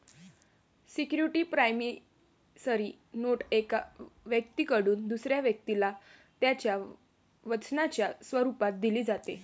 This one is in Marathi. सिक्युरिटी प्रॉमिसरी नोट एका व्यक्तीकडून दुसऱ्या व्यक्तीला त्याच्या वचनाच्या स्वरूपात दिली जाते